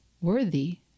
worthy